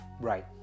right